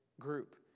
group